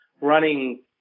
running